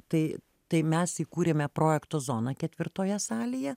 tai tai mes įkūrėme projekto zoną ketvirtoje salėje